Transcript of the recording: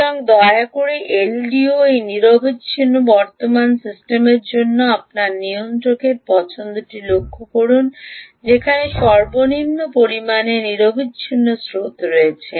সুতরাং দয়া করে এলডিওতে এই নিরবচ্ছিন্ন বর্তমান সিস্টেমের জন্য আপনার নিয়ন্ত্রকের পছন্দটি লক্ষ্য করুন যেখানে সর্বনিম্ন পরিমাণে নিরবচ্ছিন্ন স্রোত রয়েছে